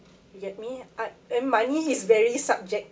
you get me art eh money is very subjective